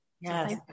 Yes